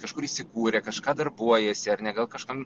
kažkur įsikūrė kažką darbuojasi ar ne gal kažkam